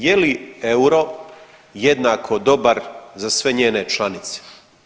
Je li euro jednako dobar za sve njene članice?